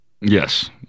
Yes